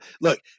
look